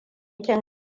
kin